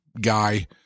guy